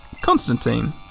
Constantine